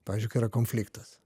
pavyzdžiui kai yra konfliktas